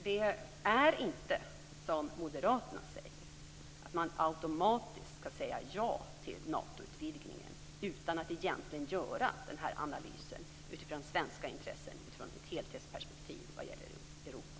Det är inte så, som Moderaterna säger, att man automatiskt skall säga ja till Natoutvidgningen utan att egentligen göra en analys utifrån svenska intressen och utifrån ett helhetsperspektiv vad gäller Europa.